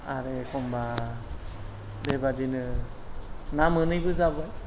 आरो एखमब्ला बेबादिनो ना मोनैबो जाबाय